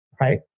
right